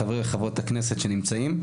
חברי וחברות הכנסת שנמצאים.